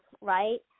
right